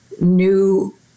new